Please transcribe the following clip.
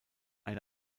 eine